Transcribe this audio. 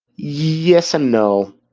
yes and no.